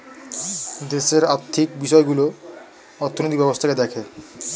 দেশের আর্থিক বিষয়গুলো অর্থনৈতিক ব্যবস্থাকে দেখে